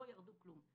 לא ירד כלום.